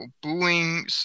booing